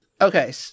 Okay